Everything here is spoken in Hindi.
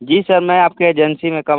जी सर मैं आपके एजेंसी में कब